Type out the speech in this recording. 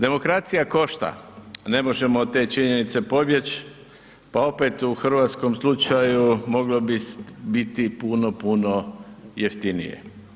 Demokracija košta, ne možemo od te činjenice pobjeć, pa opet u hrvatskom slučaju moglo bi biti puno, puno jeftinije.